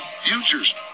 futures